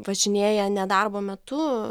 važinėja ne darbo metu